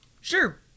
Sure